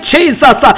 Jesus